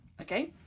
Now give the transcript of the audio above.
okay